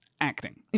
Acting